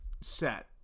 set